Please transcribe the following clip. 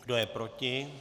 Kdo je proti?